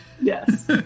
Yes